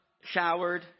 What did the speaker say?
showered